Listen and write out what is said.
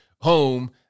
home